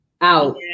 out